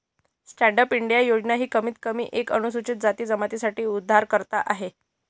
stand up India योजना ही कमीत कमी एक अनुसूचित जाती जमाती साठी उधारकर्ता आहे